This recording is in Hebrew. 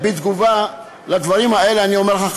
בתגובה על הדברים האלה אני אומר לך,